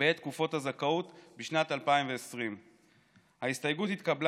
בעת תקופות הזכאות בשנת 2020. ההסתייגות התקבלה